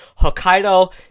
Hokkaido